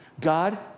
God